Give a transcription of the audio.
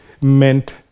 meant